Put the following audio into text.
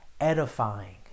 edifying